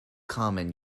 common